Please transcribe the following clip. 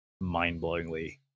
mind-blowingly